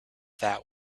that